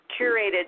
curated